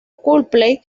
coldplay